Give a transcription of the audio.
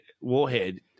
warhead